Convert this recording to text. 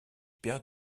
perd